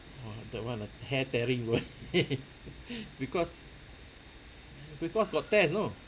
!wah! that one ah hair tearing boy because because got test you know